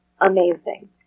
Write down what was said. amazing